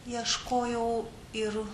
ieškojau ir